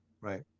Right